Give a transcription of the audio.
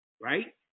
right